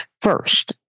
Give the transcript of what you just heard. first